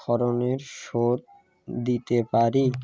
খরণের শোধ দিতে পারি